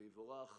ויבורך